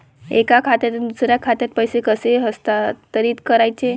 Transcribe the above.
एका खात्यातून दुसऱ्या खात्यात पैसे कसे हस्तांतरित करायचे